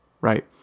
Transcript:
right